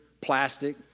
plastic